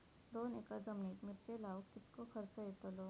दोन एकर जमिनीत मिरचे लाऊक कितको खर्च यातलो?